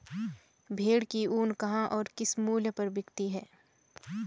भेड़ की ऊन कहाँ और किस मूल्य पर बिकती है?